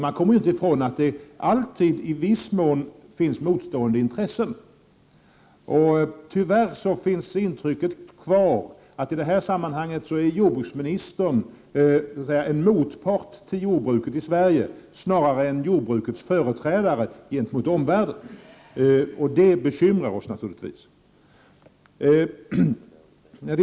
Man kommer inte ifrån att det alltid i viss mån finns motstående intressen. Tyvärr kvarstår intrycket att jordbruksministern i detta sammanhang är en motpart till jordbruket i Sverige snarare än jordbrukets företrädare gentemot omvärlden. Det bekymrar oss naturligtvis.